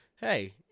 Hey